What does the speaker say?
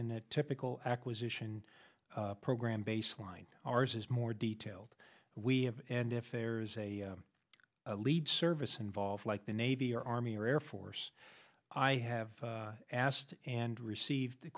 in a typical acquisition program baseline ours is more detailed we have and if there's a lead service involved like the navy or army or air force i have asked and received the